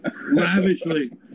lavishly